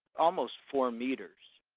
almost four meters.